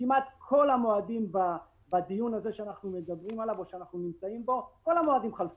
כמעט כל המועדים בדיון הזה שאנחנו נמצאים בו חלפו.